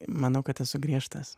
manau kad esu griežtas